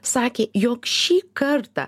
sakė jog šį kartą